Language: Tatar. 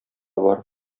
бар